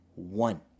One